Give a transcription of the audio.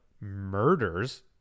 murders